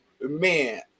man